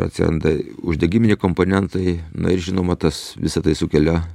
atsiranda uždegimini komponentai na ir žinoma tas visa tai sukelia